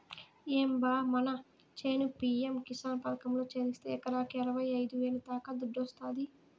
ఏం బా మన చేను పి.యం కిసాన్ పథకంలో చేరిస్తే ఎకరాకి అరవైఐదు వేల దాకా దుడ్డొస్తాది